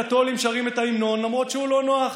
הקתולים שרים את ההמנון למרות שהוא לא נוח,